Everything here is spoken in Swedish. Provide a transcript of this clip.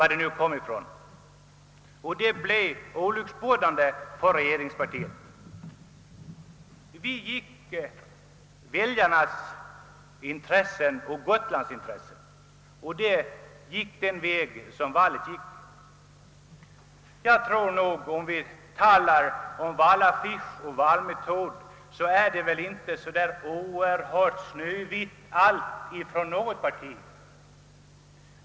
Detta blev också olycksbringande för regeringspartiet. Vi gick in för väljarnas och Gotlands intressen, och valet gick därefter. Om vi talar om valaffischer och valmetoder, tror jag nog inte att det är så oerhört snövitt från något partis sida.